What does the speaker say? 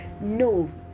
No